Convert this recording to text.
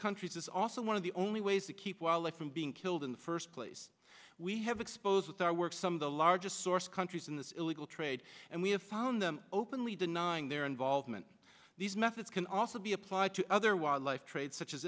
countries is also one of the only ways to keep wallet from being killed in the first place we have exposed with our work some of the largest source countries in this illegal trade and we have found them openly denying their involvement these methods can also be applied to other wildlife trade such as